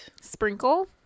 Sprinkle